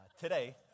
today